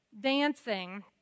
Dancing